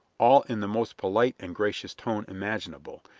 all in the most polite and gracious tone imaginable,